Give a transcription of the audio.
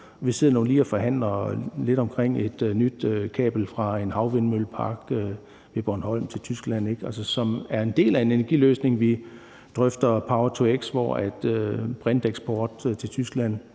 Vi sidder lige nu og forhandler lidt omkring et nyt kabel fra en havvindmøllepark ved Bornholm til Tyskland, som er en del af en energiløsning, og vi drøfter power-to-x, hvor brinteksport til Tyskland